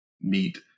meet